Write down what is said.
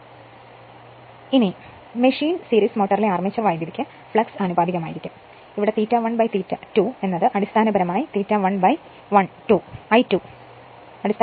കാരണം machine series മോട്ടോറിലെ armature കറന്റിന് ഫ്ലക്സ് ആനുപാതികമാണ് അവിടെ ∅1 ∅2 അടിസ്ഥാനപരമായി ∅1 I 2